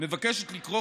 מבקשת לכרוך,